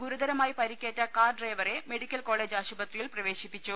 ഗുരുതരമായി പരിക്കേറ്റ കാർ ഡ്രൈവറെ മെഡിക്കൽ കോളേജ് ആശുപത്രിയിൽ പ്രവേശിപ്പിച്ചു